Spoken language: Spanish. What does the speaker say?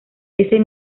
ese